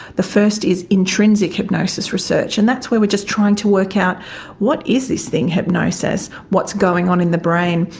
the first is intrinsic hypnosis research, and that's where we're just trying to work out what is this thing hypnosis, what's going on in the brain,